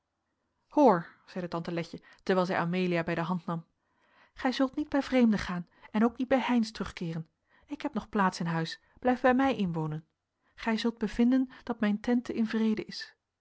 hoor zeide tante letje terwijl zij amelia bij de hand nam gij zult niet bij vreemden gaan en ook niet bij heynsz terugkeeren ik heb nog plaats in huis blijf bij mij inwonen gy sult bevinden dat mijne tente in vrede is